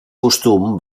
costum